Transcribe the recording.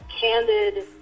candid